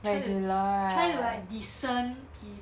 try to try to like discern if